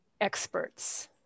experts